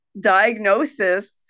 diagnosis